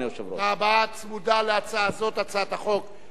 צמודה להצעה זו הצעת חוק של ניצן הורוביץ.